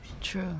True